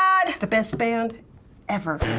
god! the best band ever.